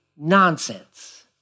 nonsense